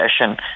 session